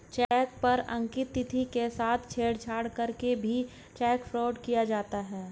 check पर अंकित तिथि के साथ छेड़छाड़ करके भी चेक फ्रॉड किया जाता है